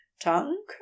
tongue